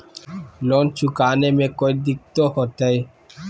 Loan चुकाने में कोई दिक्कतों होते?